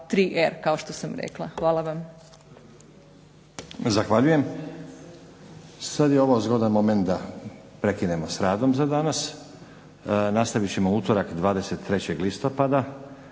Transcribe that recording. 3R, kao što sam rekla. Hvala vam. **Stazić, Nenad (SDP)** Zahvaljujem. Sad je ovo zgodan moment da prekinemo s radom za danas. Nastavit ćemo u utorak 23. listopada